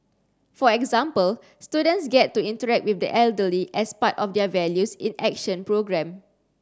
for example students get to interact with the elderly as part of their Values in Action programme